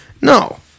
No